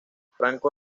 franco